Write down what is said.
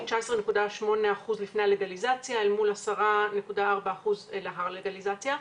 19.8% לפני הלגליזציה אל מול 10.4% לאחר הלגליזציה.